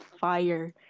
fire